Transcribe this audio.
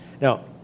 Now